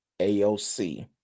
AOC